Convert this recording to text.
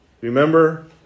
Remember